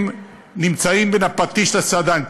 הם נמצאים בין הפטיש לסדן.